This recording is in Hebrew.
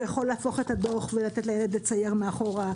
יכול להפוך את הדוח ולתת לצייר מאחורה,